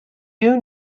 you